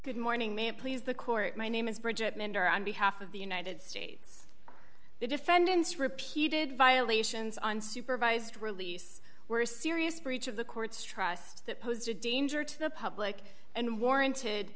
good morning ma'am please the court my name is bridgit mendler on behalf of the united states the defendant's repeated violations on supervised release were a serious breach of the court's trust that posed a danger to the public and warranted